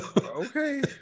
Okay